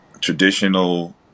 traditional